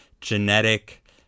genetic